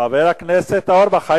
חבר הכנסת אורבך,